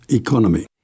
economy